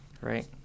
right